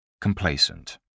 Complacent